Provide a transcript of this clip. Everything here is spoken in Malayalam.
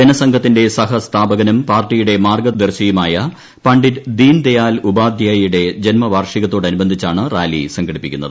ജനസംഘത്തിന്റെ സഹസ്ഥാപകനും പാർട്ടിയുടെ മാർഗ്ഗദർശിയുമായ പണ്ഡിറ്റ് ദീൻദയാൽ ഉപാധ്യായുടെ ജന്മവാർഷികത്തോടനുബന്ധി ച്ചാണ് റാലി സംഘടിപ്പിക്കുന്നത്